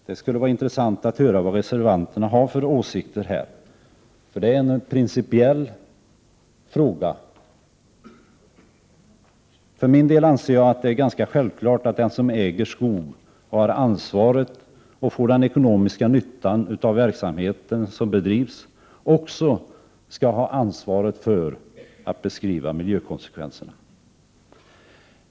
Det skulle vara intressant att få höra vad reservanterna har för åsikter om detta. Det är en principiell fråga. För min del anser jag att det är ganska självklart att den som äger skog och får Prot. 1988/89:112 den ekonomiska nyttan av den verksamhet som bedrivs där, också skall ha ansvaret för att beskriva miljökonsekvenserna.